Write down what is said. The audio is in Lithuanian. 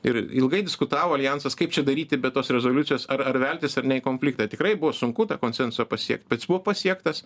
ir ilgai diskutavo aljansas kaip čia daryti be tos rezoliucijos ar ar veltis ar ne į konfliktą tikrai buvo sunku tą konsensusą pasiekt bet jis buvo pasiektas